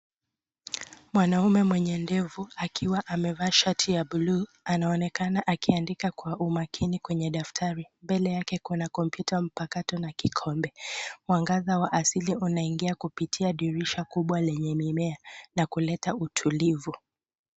Mwanaume mwenye ndevu akiwa amevaa shati ya buluu anaonekana akiandika kwa umakini kwenye daftari. Mbele yake kuna kompyuta mpakato na kikombe. Mwangaza wa asili unaingia kupitia dirisha kubwa lenye mimea na kuleta utulivu.